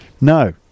No